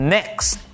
Next